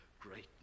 great